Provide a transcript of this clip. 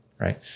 right